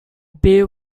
beer